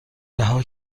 رها